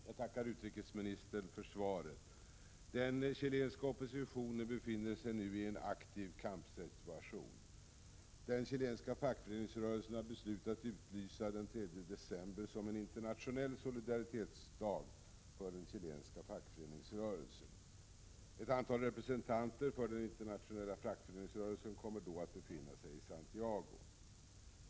Herr talman! Jag tackar utrikesministern för svaret. Den chilenska oppositionen befinner sig nu i en aktiv kampsituation. Den chilenska fackföreningsrörelsen har beslutat utlysa den 3 december som en internationell solidaritetsdag för den chilenska fackföreningsrörelsen. Ett antal representanter för den internationella fackföreningsrörelsen kommer då att befinna sig i Santiago.